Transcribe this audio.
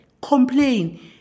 complain